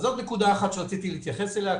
זאת נקודה אחת שרציתי להתייחס אליה.